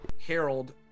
Harold